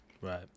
Right